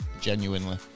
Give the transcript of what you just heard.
Genuinely